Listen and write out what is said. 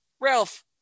Ralph